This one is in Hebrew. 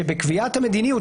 שבקביעת המדיניות,